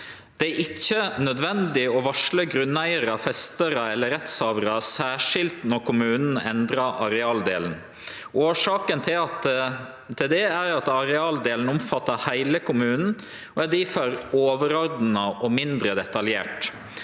Det er ikkje nødvendig å varsle grunneigarar, festarar eller rettshavarar særskilt når kommunen endrar arealdelen. Årsaka til det er at arealdelen omfattar heile kommunen og difor er overordna og mindre detaljert.